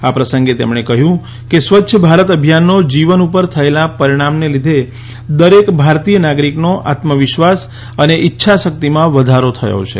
આ પ્રસંગે તેમણે કહ્યું કે સ્વચ્છ ભારત અભિયાનનો જીવન ઉપર થયેલા પરિણામને લીધે દરેક ભારતીય નાગરિકનો આત્મવિશ્વાસ અને ઈચ્છા શક્તિમાં વધારો થયો છે